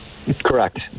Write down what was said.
Correct